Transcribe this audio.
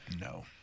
No